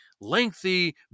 lengthy